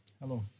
Hello